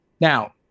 Now